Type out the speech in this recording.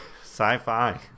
Sci-fi